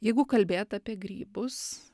jeigu kalbėt apie grybus